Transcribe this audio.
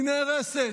היא נהרסת.